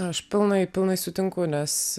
aš pilnai pilnai sutinku nes